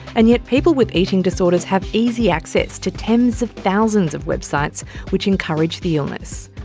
and yet people with eating disorders have easy access to tens of thousands of websites which encourage the illness.